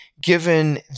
given